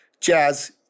jazz